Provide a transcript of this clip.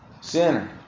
Sinner